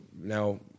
now